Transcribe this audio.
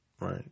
right